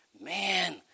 Man